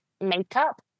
makeup